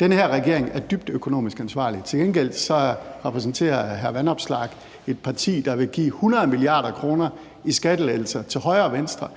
Den her regering er dybt økonomisk ansvarlig. Til gengæld repræsenterer hr. Alex Vanopslagh et parti, der vil give 100 mia. kr. i skattelettelser til højre og venstre,